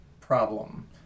problem